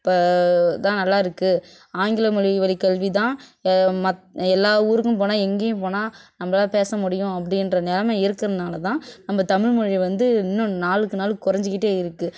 ப தான் நல்லா இருக்குது ஆங்கில மொழி வழிக்கல்வி தான் மத் எல்லா ஊருக்கும் போனால் எங்கேயும் போனால் நம்மளால பேச முடியும் அப்படிகிற நிலைமை இருக்கிறனால தான் நம்ம தமிழ்மொழி வந்து இன்னும் நாளுக்கு நாள் குறைஞ்சுக்கிட்டே இருக்குது